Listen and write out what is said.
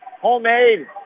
Homemade